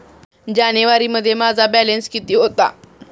जानेवारीमध्ये माझा बॅलन्स किती होता?